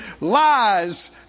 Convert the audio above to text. Lies